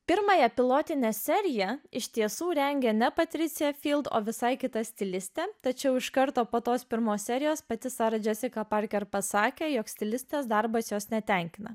pirmąją pilotinę seriją iš tiesų rengia ne patricija o visai kita stilistė tačiau iš karto po tos pirmos serijos pati sara džesika parke ir pasakė jog stilistės darbas jos netenkina